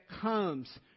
comes